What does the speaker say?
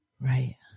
Right